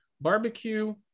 Barbecue